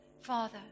Father